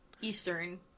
Eastern